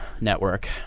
network